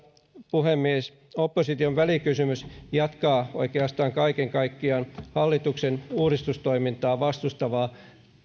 puhemies opposition välikysymys jatkaa oikeastaan kaiken kaikkiaan jatkuvaa hallituksen uudistustoimintaa vastustavaa